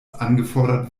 angefordert